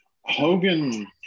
Hogan